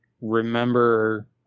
remember